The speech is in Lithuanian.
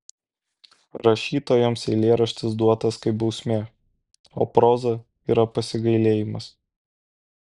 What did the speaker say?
rašytojams eilėraštis duotas kaip bausmė o proza yra pasigailėjimas